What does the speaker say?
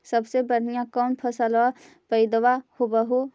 सबसे बढ़िया कौन फसलबा पइदबा होब हो?